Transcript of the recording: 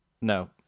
no